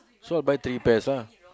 so I buy three pairs lah